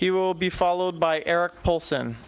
he will be followed by eric olson